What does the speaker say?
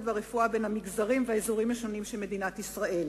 והרפואה בין המגזרים והאזורים השונים במדינת ישראל.